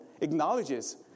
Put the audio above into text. acknowledges